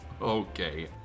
Okay